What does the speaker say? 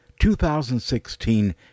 2016